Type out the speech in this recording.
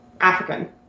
African